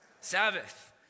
Sabbath